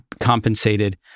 compensated